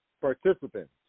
participants